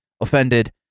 offended